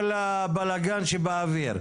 כל הבלגן שבאוויר,